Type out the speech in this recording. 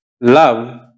love